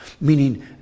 meaning